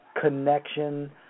connection